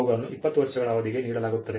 ಅವುಗಳನ್ನು 20 ವರ್ಷಗಳ ಅವಧಿಗೆ ನೀಡಲಾಗುತ್ತದೆ